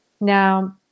Now